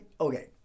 okay